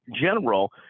general